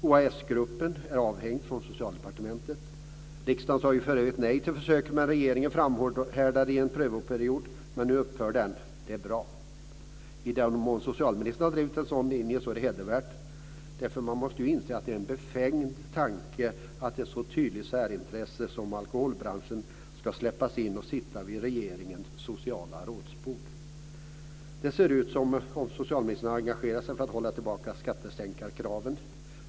OAS-gruppen är avhängd från socialdepartementet. Riksdagen sade ju för övrigt nej till försöket. Regeringen framhärdade i en prövoperiod, men nu upphör den. Det är bra. I den mån socialministern har drivit en sådan linje är det hedervärt. Man måste ju inse att det är en befängd tanke att ett så tydligt särintresse som alkoholbranschen ska släppas in och sitta vid regeringens sociala rådsbord. Det ser ut som om socialministern har engagerat sig för att hålla tillbaka skattesänkarkraven.